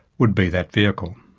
would be that vehicle.